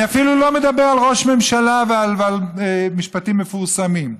אני אפילו לא מדבר על ראש ממשלה ועל משפטים מפורסמים.